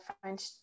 French